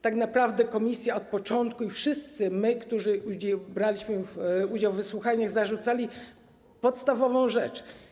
Tak naprawdę Komisja od początku i my wszyscy, którzy braliśmy udział w wysłuchaniach, zarzucaliśmy podstawową rzecz.